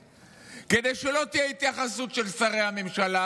כדי שלא תהיה התייחסות של שרי הממשלה?